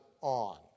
on